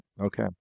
Okay